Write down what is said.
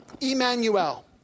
Emmanuel